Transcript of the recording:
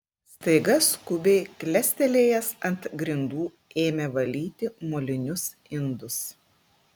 staiga skubiai klestelėjęs ant grindų ėmė valyti molinius indus